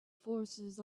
forces